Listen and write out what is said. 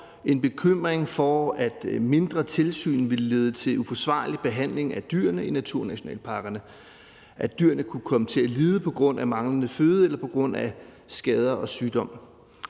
– en bekymring for, at mindre tilsyn vil lede til uforsvarlig behandling af dyrene i naturnationalparkerne; en bekymring for, at dyrene kunne komme til at lide på grund af manglende føde eller på grund af skader og sygdom.